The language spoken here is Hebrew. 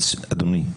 אדוני,